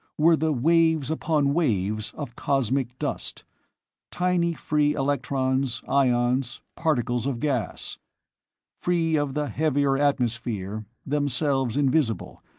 were the waves upon waves of cosmic dust tiny free electrons, ions, particles of gas free of the heavier atmosphere, themselves invisible,